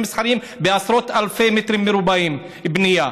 מסחריים בעשרות אלפי מטרים מרובעים בנייה.